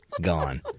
Gone